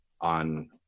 on